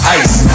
ice